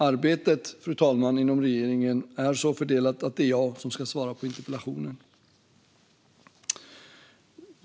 Arbetet inom regeringen, fru talman, är så fördelat att det är jag som ska svara på interpellationen.